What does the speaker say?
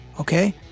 okay